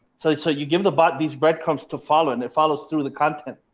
so so you give the bot these breadcrumbs to follow and it follows through the content,